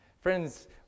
Friends